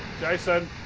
Jason